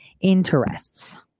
interests